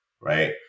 right